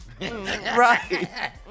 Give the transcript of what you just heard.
right